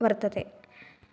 वर्तते